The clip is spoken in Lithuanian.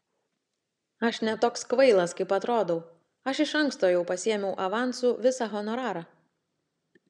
aš ne toks kvailas kaip atrodau aš iš anksto jau pasiėmiau avansu visą honorarą